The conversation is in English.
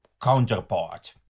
counterpart